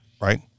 Right